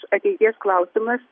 ateities klausimas